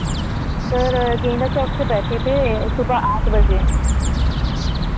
sir Genda Chowk से बैठे थे सुबह आठ बजे